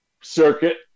circuit